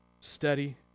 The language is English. steady